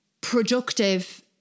productive